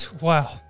Wow